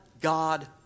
God